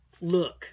look